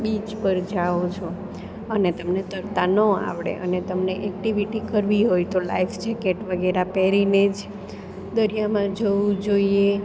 beach પર જાઓ છો અને તમને તરતા ન આવડે અને તમને એક્ટિવિટી કરવી હોય તો લાઈફ જેકેટ વગેરે પહેરીને જ દરિયામાં જવું જોઈએ